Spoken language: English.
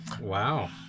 Wow